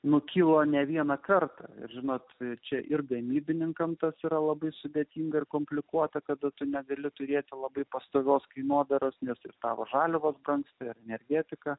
nutyla ne vienąkart žinot čia ir gamybininkams tas yra labai sudėtinga ir komplikuota kada tu negali turėti labai pastovios kainodaros nes ir tavo žaliavos brangsta energetika